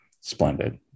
splendid